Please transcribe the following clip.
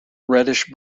reddish